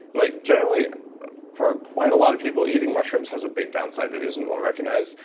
like generally for quite a lot of people eating mushrooms has a big downside that isn't well recognized,